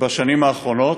בשנים האחרונות,